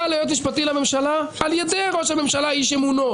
ליועץ משפטי לממשלה על ידי ראש הממשלה איש אמונו,